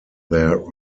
their